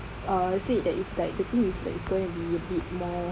uh said that the thing is going to be a bit more